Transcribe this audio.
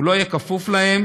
הוא לא יהיה כפוף להם